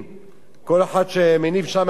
כל אחד מניף שם את הדגלים.